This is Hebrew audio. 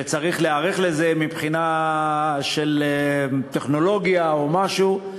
שצריך להיערך לזה מבחינת טכנולוגיה או משהו.